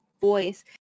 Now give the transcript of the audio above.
voice